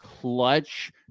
clutch